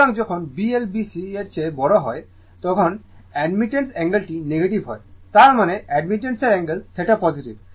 সুতরাং যখন B L B C এর চেয়ে বড় হয় তখন অ্যাডমিটেন্সর অ্যাঙ্গেলটি নেগেটিভ হয় তার মানে অ্যাডমিটেন্সর অ্যাঙ্গেল θ পজিটিভ